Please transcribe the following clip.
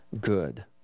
good